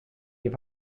your